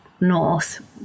north